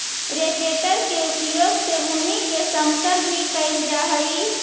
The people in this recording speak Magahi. रोटेटर के उपयोग से भूमि के समतल भी कैल जा हई